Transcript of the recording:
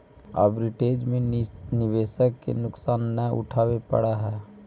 arbitrage में निवेशक के नुकसान न उठावे पड़ऽ है